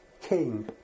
king